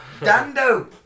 Dando